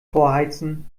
vorheizen